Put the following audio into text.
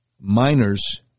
minors